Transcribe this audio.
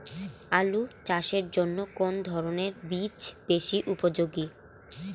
আলু চাষের জন্য কোন ধরণের বীজ বেশি উপযোগী?